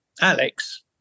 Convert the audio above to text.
Alex